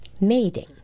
Mating